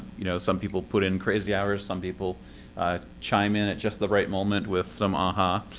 you know some people put in crazy hours. some people chime in at just the right moment with some ah-ha.